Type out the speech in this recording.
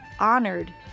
Honored